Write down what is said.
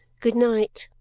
good night!